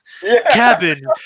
cabin